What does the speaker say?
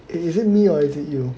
is it me or is it you